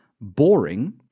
boring